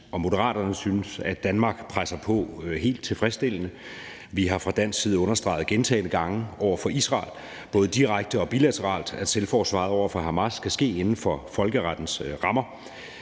Moderaterne synes, at Danmark presser på helt tilfredsstillende. Vi har fra dansk side gentagne gange understreget over for Israel, både direkte og bilateralt, at selvforsvar over for Hamas skal ske inden for folkerettens rammer.